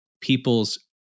people's